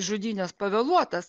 žudynės pavėluotas